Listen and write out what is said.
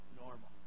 normal